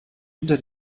hinter